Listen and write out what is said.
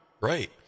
Right